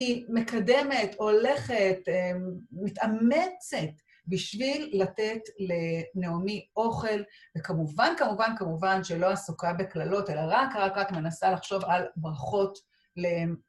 היא מקדמת, הולכת, מתאמצת בשביל לתת לנעמי אוכל, וכמובן, כמובן, כמובן שלא עסוקה בקללות, אלא רק, רק, רק מנסה לחשוב על ברכות ל...